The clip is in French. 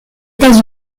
états